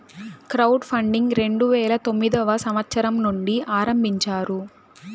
crowd funding రెండు వేల తొమ్మిదవ సంవచ్చరం నుండి ఆరంభించారు